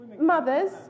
mothers